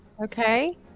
Okay